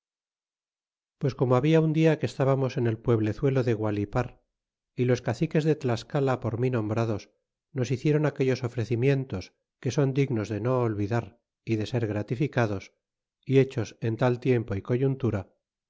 pues como habia un día que estbamos en el pueblezuelo de gualipar y los caciques de tlascala por mí nombrados nos hiciéron aquellos ofrecimientos que son dignos de no olvidar y de ser gratificados y hechos en tal tiempo y coyuntura